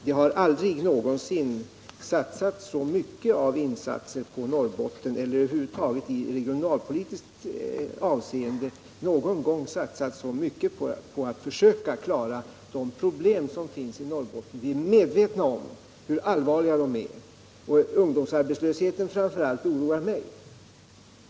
Det har aldrig någon gång tidigare satsats så mycket som nu regionalpolitiskt på att försöka lösa de problem som finns i Norrbotten. Vi är medvetna om hur allvarliga de är. Framför allt ungdomsarbetslösheten oroar mig.